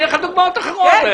התחבורתית,